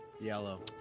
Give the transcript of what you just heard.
Yellow